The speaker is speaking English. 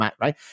right